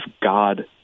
God